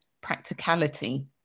practicality